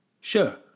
Sure